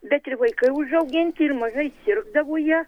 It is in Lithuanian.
bet ir vaikai užauginti ir mažai sirgdavo jie